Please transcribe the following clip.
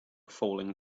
falling